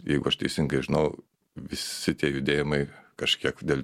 jeigu aš teisingai žinau visi tie judėjimai kažkiek dėl